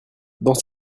dans